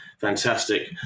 fantastic